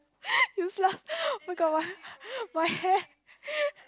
useless oh my god my my hair